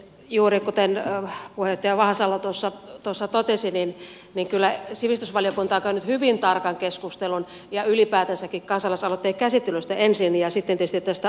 juuri niin kuten puheenjohtaja vahasalo tuossa totesi kyllä sivistysvaliokunta on käynyt hyvin tarkan keskustelun ylipäätänsäkin kansalaisaloitteen käsittelystä ensin ja sitten tietysti tästä asiasisällöstä